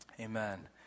Amen